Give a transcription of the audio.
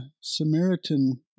Samaritan